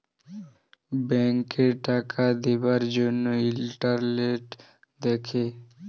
ব্যাংকে টাকা দিবার জ্যনহে ইলটারেস্ট দ্যাখে